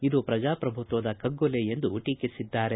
ಇದು ಪ್ರಜಾಪ್ರಭುತ್ತದ ಕಗ್ಗೊಲೆ ಎಂದು ಆರೋಪಿಸಿದ್ದಾರೆ